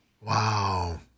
Wow